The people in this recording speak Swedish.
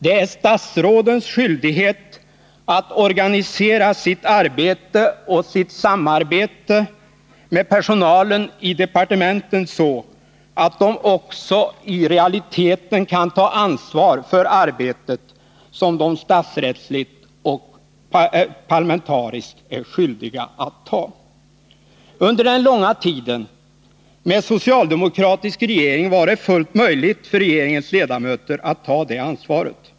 Det är statsrådens skyldighet att organisera sitt arbete och sitt samarbete med personalen i departementen så, att de också i realiteten kan ta det ansvar för arbetet som de statsrättsligt och parlamentariskt är skyldiga att ta. Under den långa tiden med socialdemokratisk regering var det fullt möjligt för regeringens ledamöter att ta det ansvaret.